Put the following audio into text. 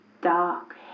dark